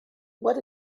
what